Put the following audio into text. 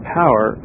power